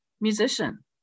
musician